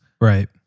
Right